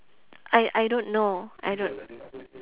I I don't know I don't